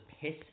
piss